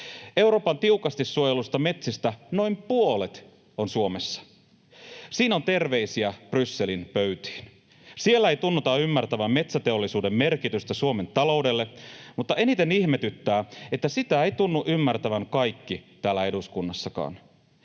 Euroopan tiukasti suojelluista metsistä noin puolet on Suomessa. Siinä on terveisiä Brysselin pöytiin. Siellä ei tunnuta ymmärtävän metsäteollisuuden merkitystä Suomen taloudelle, mutta eniten ihmetyttää, että sitä eivät tunnu ymmärtävän kaikki täällä eduskunnassakaan.